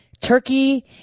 Turkey